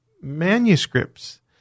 manuscripts